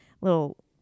little